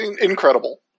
Incredible